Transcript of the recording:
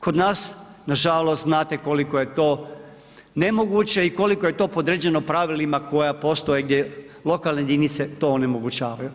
Kod nas nažalost znate koliko je to nemoguće i koliko je to podređeno pravilima koja postoje gdje lokalne jedinice to onemogućavaju.